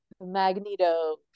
Magneto